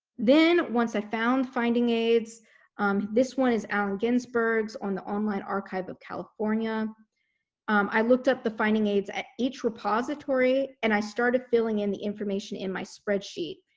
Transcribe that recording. then once i found finding aids this one is allen ginsberg's on the online archive of california i looked up the finding aids at each repository and i started filling in the information in my spreadsheet.